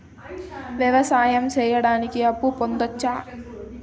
వ్యవసాయం సేయడానికి అప్పు పొందొచ్చా?